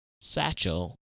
Satchel